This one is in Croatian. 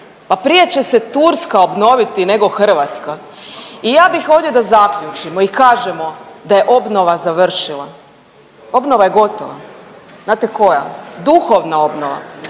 Pa prije će se Turska obnoviti nego Hrvatska. I ja bih ovdje da zaključimo i kažemo da je obnova završila, obnova je gotova. Znate koja? Duhovna obnova,